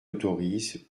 autorise